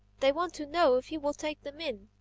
they want to know if you will take them in.